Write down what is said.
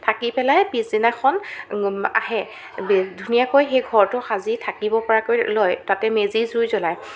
থাকি পেলাই পিছদিনাখন আহে ধুনীয়াকৈ সেই ঘৰটো সাজি থাকিব পৰাকৈ লয় তাতে মেজিৰ জুই জ্বলায়